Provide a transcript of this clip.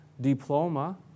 diploma